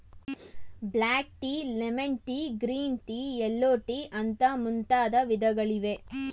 block tea, lemon tea, green tea, yellow tea ಅಂತ ಮುಂತಾದ ವಿಧಗಳಿವೆ